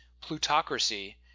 plutocracy